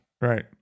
Right